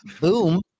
boom